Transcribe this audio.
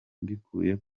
mbikuye